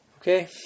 okay